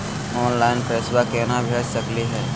Online पैसवा केना भेज सकली हे?